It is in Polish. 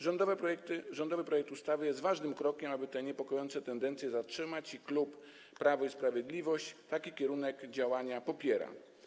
Rządowy projekt ustawy jest ważnym krokiem, aby te niepokojące tendencje zatrzymać, i klub Prawo i Sprawiedliwość taki kierunek działania popiera.